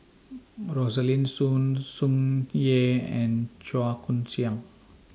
Rosaline Soon Tsung Yeh and Chua Koon Siong